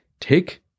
take